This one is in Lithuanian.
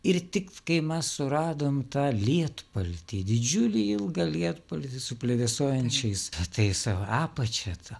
ir tik kai mes suradom tą lietpaltį didžiulį ilgą lietpaltį su plevėsuojančiais tai savo ir apačia ta